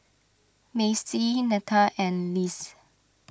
Macie Netta and Lise